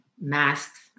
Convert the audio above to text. masks